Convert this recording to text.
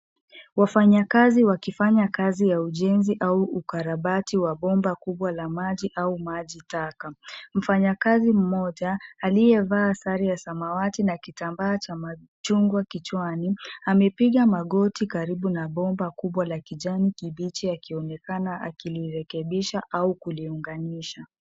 Wafanyakazi wakifanya kazi ya ujenzi au ukarabati wa bomba kubwa la maji au maji taka. Mfanyakazi mmoja aliyevaa sare ya samawati na kitambaa cha machungwa kichwani amepiga magoti karibu na bomba kubwa la kijani kibichi akionekana akilirekebisha au kuliunganisha.